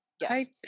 yes